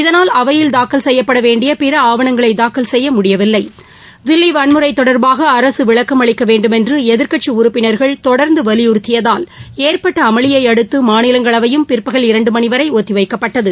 இதனால் அவையில் தாக்கல் செய்யப்பட வேண்டிய பிற ஆவணங்களை தாக்கல் செய்ய முடியவில்லை தில்லி வன்முறை தொடர்பாக அரசு விளக்கம் அளிக்க வேண்டுமென்று எதிர்க்கட்சி உறுப்பினர்கள் தொடர்ந்து வலியுறுத்தியதால் ஏற்பட்ட அமளியை அடுத்து மாநிலங்களவையும் பிற்பகல் இரண்டு மணி வரை ஒத்திவைக்கப்பட்டது